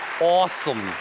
awesome